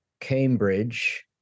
Cambridge